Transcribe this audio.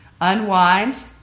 unwind